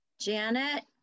Janet